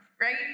right